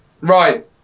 Right